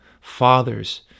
Fathers